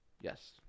Yes